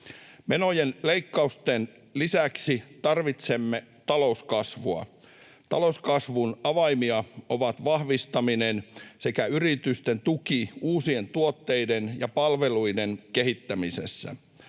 Menojen leikkausten lisäksi tarvitsemme talouskasvua. Talouskasvun avaimia ovat vahvistaminen sekä yritysten tuki uusien tuotteiden ja palveluiden kehittämisessä.